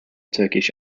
turkish